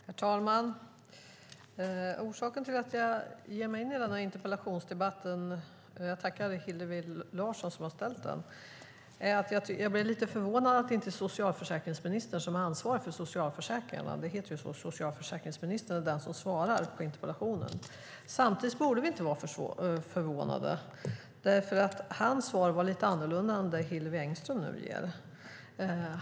Herr talman! Anledningen till att jag ger mig in i denna interpellationsdebatt - jag tackar Hillevi Larsson för att hon har ställt interpellationen - är att jag blir lite förvånad över att det inte är socialförsäkringsministern som är ansvarig för socialförsäkringarna som svarar på interpellationen. Samtidigt borde vi inte bli förvånade eftersom hans svar var lite annorlunda än det som Hillevi Engström nu ger.